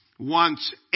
wants